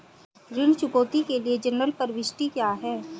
ऋण चुकौती के लिए जनरल प्रविष्टि क्या है?